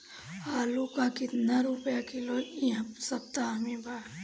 आलू का कितना रुपया किलो इह सपतह में बा?